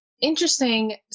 interesting